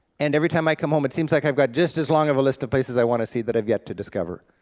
and every time i come home it seems like i've got just as long of a list of places i want to see that i've yet to discover.